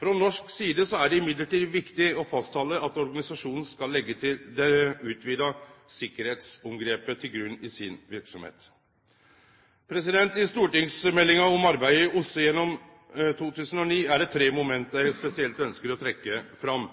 Frå norsk side er det likevel viktig å halde fast ved at organisasjonen skal leggje det utvida sikkerheitsomgrepet til grunn i si verksemd. I stortingsmeldinga om arbeidet i OSSE gjennom 2009 er det tre moment eg spesielt ønskjer å trekkje fram: